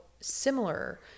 similar